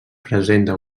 presenta